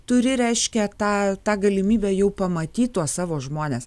turi reiškia tą tą galimybę jau pamatyt tuos savo žmones